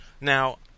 Now